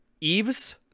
Eves